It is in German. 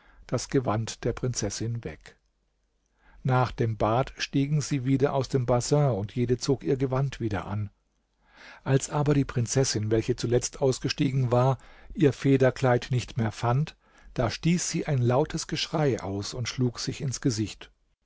das gewand der prinzessin weg nach dem bad stiegen sie wieder aus dem bassin und jede zog ihr gewand wieder an als aber die prinzessin welche zuletzt ausgestiegen war ihr federkleid nicht mehr fand da stieß sie ein lautes geschrei aus und schlug sich ins gesicht